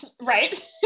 right